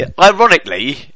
Ironically